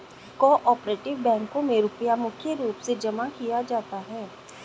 को आपरेटिव बैंकों मे रुपया मुख्य रूप से जमा किया जाता है